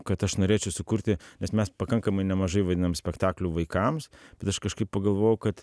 kad aš norėčiau sukurti nes mes pakankamai nemažai vaidinam spektaklių vaikams bet aš kažkaip pagalvojau kad